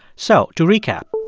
so to recap,